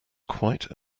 quite